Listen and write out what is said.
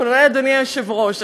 כולל אדוני היושב-ראש.